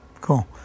Cool